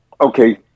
Okay